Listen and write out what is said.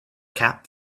cap